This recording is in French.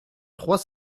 trois